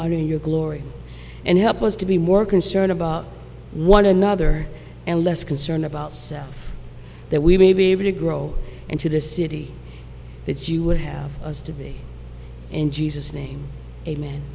and your glory and help us to be more concerned about one another and less concerned about self that we may be able to grow into the city that you would have us to be in jesus name amen